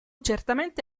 certamente